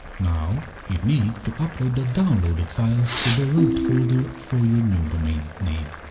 now, you need to upload the downloaded files to the root folder for your new domain name.